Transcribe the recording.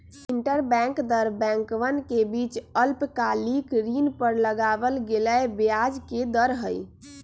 interbank दर बैंकवन के बीच अल्पकालिक ऋण पर लगावल गेलय ब्याज के दर हई